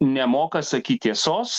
nemoka sakyt tiesos